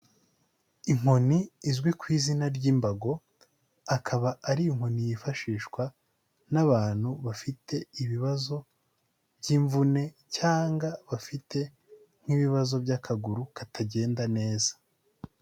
Inkoni izwi ku izina ry'imbago, akaba ari inkoni yifashishwa n'abantu bafite ibibazo by'imvune cyangwa bafite nk'ibibazo by'akaguru katagenda neza.